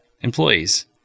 employees